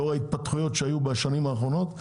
לאור ההתפתחויות שהיו בשנים האחרונות,